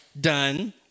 done